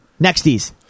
Nexties